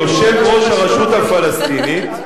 יושב-ראש הרשות הפלסטינית.